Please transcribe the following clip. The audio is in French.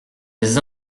des